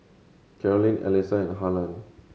Carolann Allyssa and Harland